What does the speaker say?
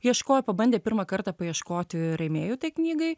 ieškojo pabandė pirmą kartą paieškoti rėmėjų tai knygai